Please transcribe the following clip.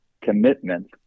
commitment